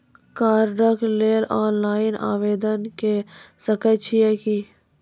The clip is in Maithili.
कार्डक लेल ऑनलाइन आवेदन के सकै छियै की?